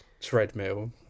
treadmill